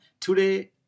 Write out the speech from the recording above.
today